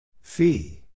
Fee